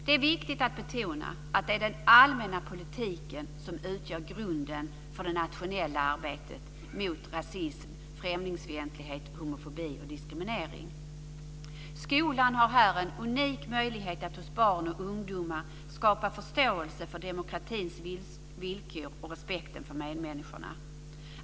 Det är viktigt att betona att det är den allmänna politiken som utgör grunden för det nationella arbetet mot rasism, främlingsfientlighet, homofobi och diskriminering. Skolan har här en unik möjlighet att hos barn och ungdomar skapa förståelse för demokratins villkor och respekten för medmänniskorna.